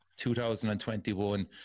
2021